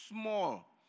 small